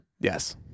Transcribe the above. yes